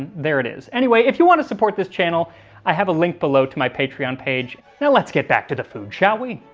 there it is. anyway, if you want to support this channel i have a link below to my patreon page. now let's get back to the food shall we?